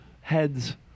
heads